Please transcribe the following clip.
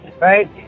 right